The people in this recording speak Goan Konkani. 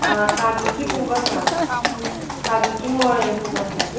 आ काजूची खूब आसा काजूची मळ हे खूब आसात